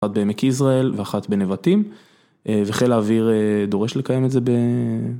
אחת בעמק ישראל ואחת בנבטים, וחיל האוויר דורש לקיים את זה.